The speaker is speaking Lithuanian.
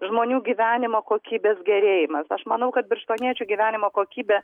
žmonių gyvenimo kokybės gerėjimas aš manau kad birštoniečių gyvenimo kokybė